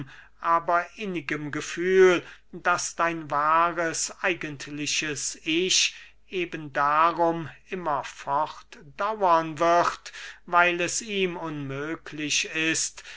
aber innigem gefühl daß dein wahres eigentliches ich eben darum immer fortdauren wird weil es ihm unmöglich ist